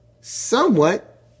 somewhat